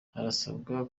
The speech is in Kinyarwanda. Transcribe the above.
harasabwa